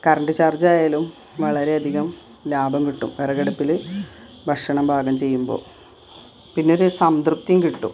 current charge ആയാലും വളരെയധികം ലാഭം കിട്ടും വിറകടുപ്പിൽ ഭക്ഷണം പാകം ചെയ്യുമ്പോൾ പിന്നെയൊരു സംതൃപ്തിയും കിട്ടും